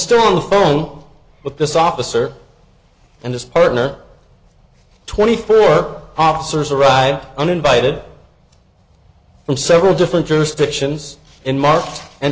still on the phone but this officer and his partner twenty four officers arrived uninvited from several different jurisdictions in marked and